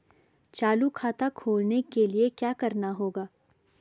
चालू खाता खोलने के लिए क्या करना होगा?